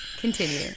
Continue